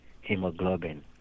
hemoglobin